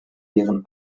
deren